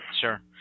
Sure